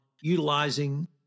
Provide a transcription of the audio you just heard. utilizing